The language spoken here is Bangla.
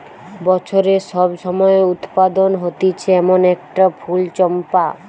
বছরের সব সময় উৎপাদন হতিছে এমন একটা ফুল চম্পা